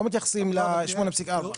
לא מתייחסים ל-8.4.